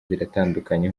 ziratandukanye